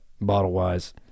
bottle-wise